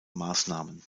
maßnahmen